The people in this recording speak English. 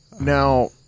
now